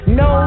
no